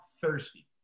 thirsty